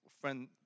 friend